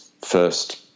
first